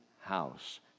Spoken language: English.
house